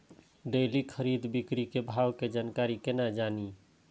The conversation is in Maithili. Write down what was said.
डेली खरीद बिक्री के भाव के जानकारी केना जानी?